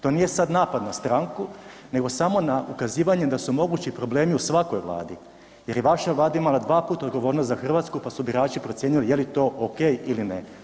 To nije sad napad na stranku nego samo na ukazivanje da su mogući problemi u svakoj vladi jer je i vaša Vlada imala dvaput odgovornost za Hrvatsku pa su birači procijenili je li to ok ili ne.